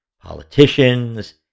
politicians